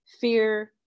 fear